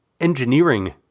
engineering